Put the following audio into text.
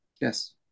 yes